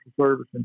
Service